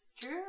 true